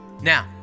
Now